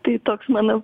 tai toks mano